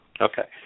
Okay